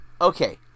okay